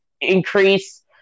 increase